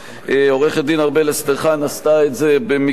עורכת-הדין ארבל אסטרחן עשתה את זה במקצועיות,